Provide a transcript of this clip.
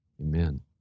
Amen